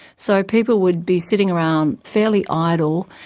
so people would be sitting around fairly idle,